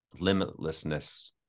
limitlessness